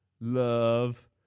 love